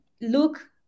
look